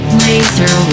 laser